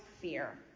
fear